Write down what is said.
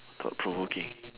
thought-provoking